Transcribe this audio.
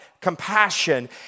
compassion